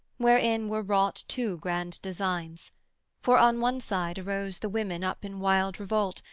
wherein were wrought two grand designs for on one side arose the women up in wild revolt,